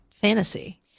fantasy